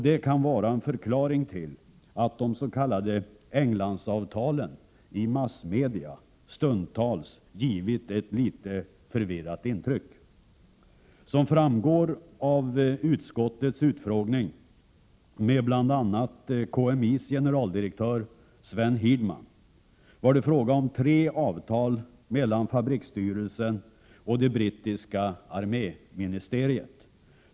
Det kan vara en förklaring till att de s.k. Englandsavtalen i massmedia stundtals givit ett litet förvirrat intryck. Krigsmaterielexport Som framgår av utskottets utfrågning av bl.a. KMI:s generaldirektör Sven Hirdman var det fråga om tre avtal mellan fabriksstyrelsen och det brittiska arméministeriet.